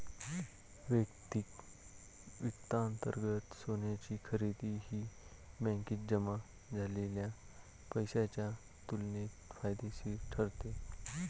वैयक्तिक वित्तांतर्गत सोन्याची खरेदी ही बँकेत जमा झालेल्या पैशाच्या तुलनेत फायदेशीर ठरते